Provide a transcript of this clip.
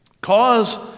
cause